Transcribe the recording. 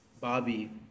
Bobby